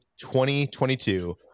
2022